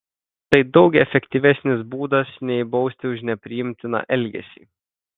tai daug efektyvesnis būdas nei bausti už nepriimtiną elgesį